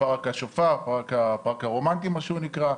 'פארק השופר' או 'הפארק הרומנטי' כפי שהוא נקרא.